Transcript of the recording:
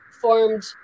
formed